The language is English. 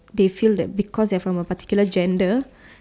they feel like they're from a particular gender